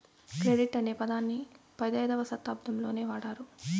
credit అనే పదాన్ని పదైధవ శతాబ్దంలోనే వాడారు